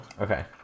Okay